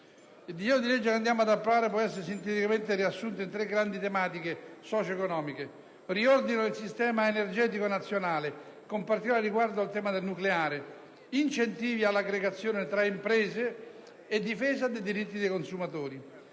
Il disegno di legge che andiamo ad approvare può essere sinteticamente riassunto in tre grandi tematiche socio-economiche: riordino del sistema energetico nazionale, con particolare riguardo al tema del nucleare, incentivi all'aggregazione tra imprese e difesa dei diritti dei consumatori.